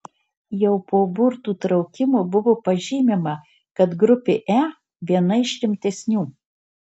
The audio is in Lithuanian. jau po burtų traukimo buvo pažymima kad grupė e viena iš rimtesnių